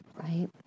right